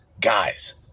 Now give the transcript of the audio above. guys